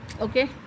okay